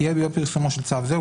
תהיה ביום פרסומו של צו זה,